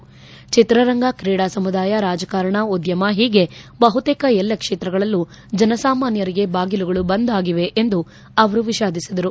ಚಲನಚಿತ್ರರಂಗ ತ್ರೇಡಾ ಸಮುದಾಯ ರಾಜಕಾರಣ ಉದ್ದಮ ಹೀಗೆ ಬಹುತೇಕ ಎಲ್ಲಾ ಕ್ಷೇತ್ರಗಳಲ್ಲೂ ಜನಸಾಮಾನ್ನರಿಗೆ ಬಾಗಿಲುಗಳು ಬಂದ್ ಆಗಿವೆ ಎಂದು ಅವರು ವಿಷಾದಿಸಿದರು